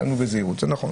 בדיון הקודם